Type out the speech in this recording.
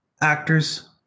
actors